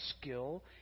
skill